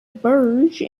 burj